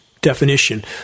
definition